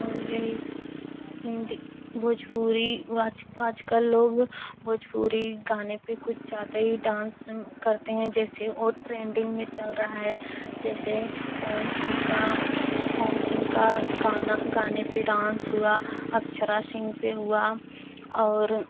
और यही हिन्दी भोजपुरी आज आजकल लोग भोजपुरी गाने पर कुछ ज़्यादा ही डांस करते हैं जैसे वह ट्रेंडिंग में चल रहा है जैसे पवन सिंह का पवन सिंह का गाना गाने पर डांस हुआ अक्षरा सिंह पर हुआ और